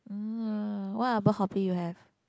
mm what other hobby you have